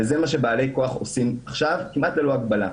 וזה מה שבעלי כוח עושים עכשיו כמעט ללא הגבלה.